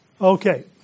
Okay